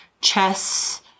chess